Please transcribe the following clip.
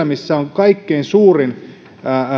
missä on kaikkein suurin